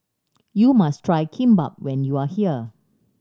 you must try Kimbap when you are here